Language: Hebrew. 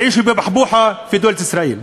(אומר בערבית: ויחיו חיי רווחה במדינת ישראל).